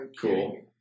Cool